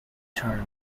turn